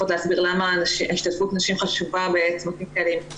להסביר למה השתתפות נשים חשובה היא מצערת.